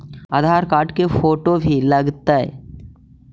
आधार card के photo भी लग तै?